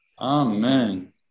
Amen